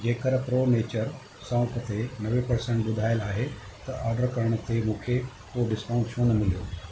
जेकर pro nature सौंफ़ ते नवे प्रसेंट ॿुधायल आहे त ऑडर करण ते मूंखे कोई डिस्काउन्ट छो न मिलियो